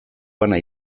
bana